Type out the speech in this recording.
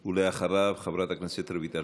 אחריו, חברת הכנסת רויטל